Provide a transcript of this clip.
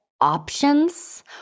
options